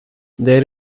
there